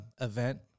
event